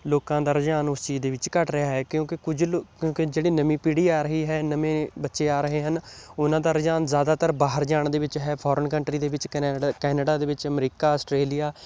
ਲੋਕਾਂ ਦਾ ਰੁਝਾਨ ਉਸ ਚੀਜ਼ ਦੇ ਵਿੱਚ ਘੱਟ ਰਿਹਾ ਹੈ ਕਿਉਂਕਿ ਕੁਝ ਲੋ ਕਿਉਂਕਿ ਜਿਹੜੀ ਨਵੀਂ ਪੀੜੀ ਆ ਰਹੀ ਹੈ ਨਵੇਂ ਬੱਚੇ ਆ ਰਹੇ ਹਨ ਉਹਨਾਂ ਦਾ ਰੁਝਾਨ ਜ਼ਿਆਦਾਤਰ ਬਾਹਰ ਜਾਣ ਦੇ ਵਿੱਚ ਹੈ ਫੋਰਨ ਕੰਟਰੀ ਦੇ ਵਿੱਚ ਕੈਨੇਡ ਕੈਨੇਡਾ ਦੇ ਵਿੱਚ ਅਮਰੀਕਾ ਅਸਟਰੇਲੀਆ